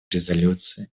резолюции